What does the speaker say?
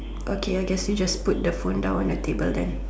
okay I guess you just put the phone down on the table then